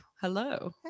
Hello